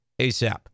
ASAP